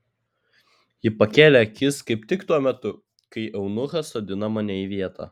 ji pakėlė akis kaip tik tuo metu kai eunuchas sodino mane į vietą